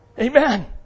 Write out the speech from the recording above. Amen